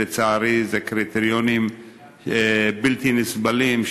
לצערי אלה קריטריונים בלתי נסבלים,